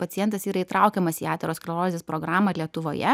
pacientas yra įtraukiamas į aterosklerozės programą lietuvoje